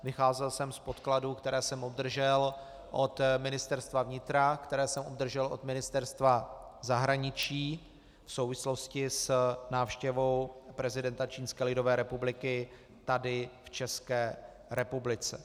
Vycházel jsem z podkladů, které jsem obdržel od Ministerstva vnitra, které jsem obdržel od Ministerstva zahraničí v souvislosti s návštěvou prezidenta Čínské lidové republiky tady v České republice.